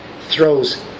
throws